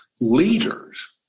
leaders